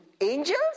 Angels